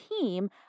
team